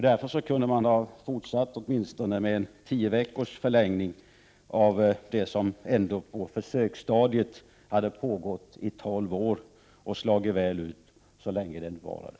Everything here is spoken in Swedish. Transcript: Därför kunde man ha fortsatt med åtminstone en tio veckors förlängning av den försöksverksamhet som hade pågått i 12 år och som slagit väl ut så länge den varade.